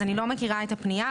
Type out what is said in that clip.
אני לא מכירה את הפנייה,